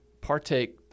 partake